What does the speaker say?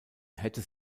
hätte